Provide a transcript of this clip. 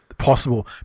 possible